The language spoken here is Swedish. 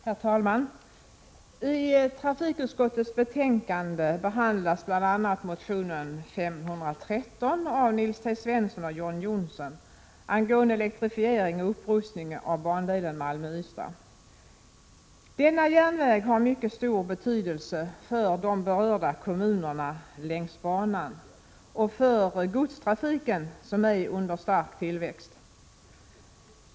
Herr talman! I trafikutskottets betänkande behandlas bl.a. motion T513 av Nils T Svensson och John Johnsson angående elektrifiering och upprustning av bandelen Malmö-Ystad. Denna järnväg har mycket stor betydelse för de berörda kommunerna längs banan och för godstrafiken, som är under stark tillväxt.